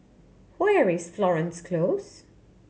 where is Florence Close